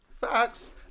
Facts